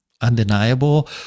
undeniable